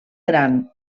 gran